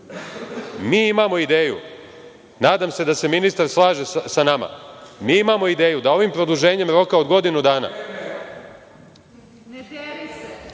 imamo ideju. Nadam se da se ministar slaže sa nama. Imamo ideju da ovim produženjem roka od godinu dana